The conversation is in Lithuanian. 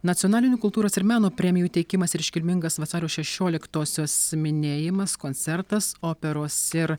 nacionalinių kultūros ir meno premijų teikimas ir iškilmingas vasario šešioliktosios minėjimas koncertas operos ir